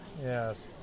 Yes